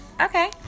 Okay